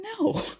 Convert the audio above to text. no